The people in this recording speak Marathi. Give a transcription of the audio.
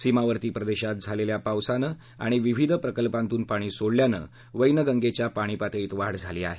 सीमावर्ती प्रदेशात झालेल्या पावसाने आणि विविध प्रकल्पातून पाणी सोडल्याने वैनगंगेच्या पाणी पातळीत वाढ झाली आहे